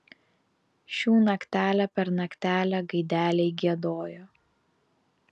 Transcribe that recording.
šių naktelę per naktelę gaideliai giedojo